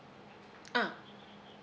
ah